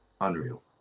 unreal